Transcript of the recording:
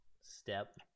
step